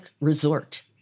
resort